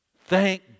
Thank